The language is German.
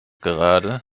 gerade